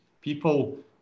people